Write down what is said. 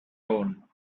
own